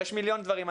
יש מיליון דברים.